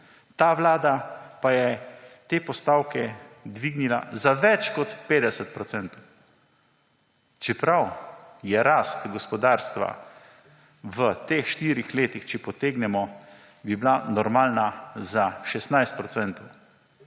Ta vlada pa je te postavke dvignila za več kot 50 procentov. Čeprav je rast gospodarstva v teh štirih letih, če potegnemo, bila normalna za 16